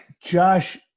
Josh